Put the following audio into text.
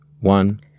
one